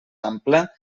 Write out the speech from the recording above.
ampla